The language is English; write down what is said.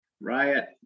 Riot